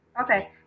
Okay